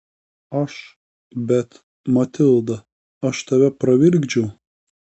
aš bet matilda aš tave pravirkdžiau